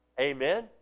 amen